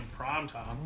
Primetime